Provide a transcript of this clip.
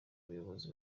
ubuyobozi